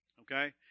Okay